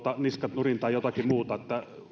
niskat nurin tai jotakin muuta